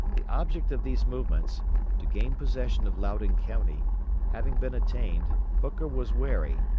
the object of these movements to gain possession of loudon county having been attained, hooker was wary,